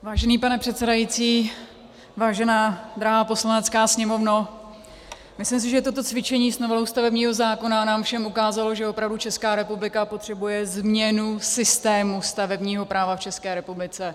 Vážený pane předsedající, vážená drahá Poslanecká sněmovno, myslím si, že toto cvičení s novelou stavebního zákona nám všem ukázalo, že opravdu Česká republika potřebuje změnu v systému stavebního práva v České republice.